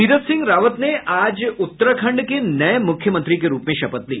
तीरथ सिंह रावत ने आज उत्तराखंड के नये मुख्यमंत्री के रूप में शपथ ली